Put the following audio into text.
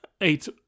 eight